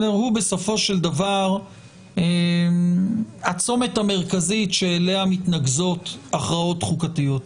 הוא בסופו של דבר הצומת המרכזי שאליו מתנקזות הכרעות חוקתיות.